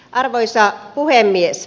arvoisa puhemies